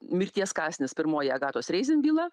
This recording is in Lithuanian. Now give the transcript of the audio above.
mirties kąsnis pirmoji agatos reizin byla